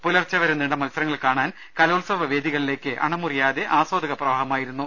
പുലർച്ചെവരെ നീണ്ട മത്സരങ്ങൾ കാണാൻ കലോത്സവ വേദികളിലേക്ക് അണമുറി യാതെ ആസ്വാദക പ്രവാഹമായിരുന്നു